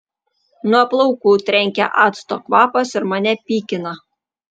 nuo plaukų trenkia acto kvapas ir mane pykina